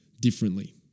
differently